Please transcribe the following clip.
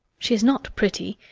she is not pretty,